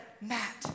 Matt